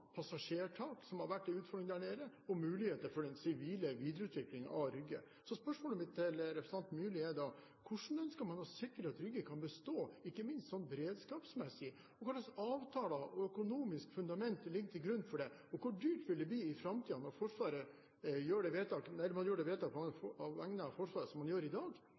passasjertak, som har vært en utfordring der nede, og muligheten for den sivile videreutviklingen av Rygge. Spørsmålene mine til representanten Myrli er da: Hvordan ønsker man å sikre at Rygge kan bestå, ikke minst beredskapsmessig? Hva slags avtaler og økonomisk fundament ligger til grunn for det? Hvor dyrt vil det bli i framtiden, når man gjør det vedtaket man gjør i dag